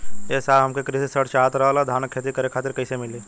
ए साहब हमके कृषि ऋण चाहत रहल ह धान क खेती करे खातिर कईसे मीली?